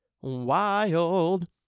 wild